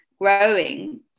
growing